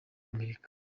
amerika